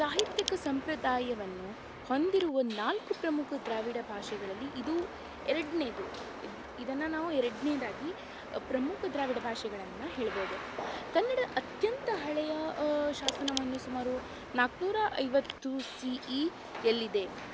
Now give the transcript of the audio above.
ಸಾಹಿತ್ಯಕ ಸಂಪ್ರದಾಯವನ್ನು ಹೊಂದಿರುವ ನಾಲ್ಕು ಪ್ರಮುಖ ದ್ರಾವಿಡ ಭಾಷೆಗಳಲ್ಲಿ ಇದು ಎರಡನೇದು ಇದು ಇದನ್ನು ನಾವು ಎರಡನೇದಾಗಿ ಪ್ರಮುಖ ದ್ರಾವಿಡ ಭಾಷೆಗಳನ್ನು ಹೇಳಬೋದು ಕನ್ನಡ ಅತ್ಯಂತ ಹಳೆಯ ಶಾಸನವನ್ನು ಸುಮಾರು ನಾಲ್ಕು ನೂರ ಐವತ್ತು ಸಿ ಇಯಲ್ಲಿದೆ